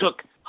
took